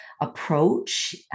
approach